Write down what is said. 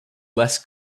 less